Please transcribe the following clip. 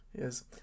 Yes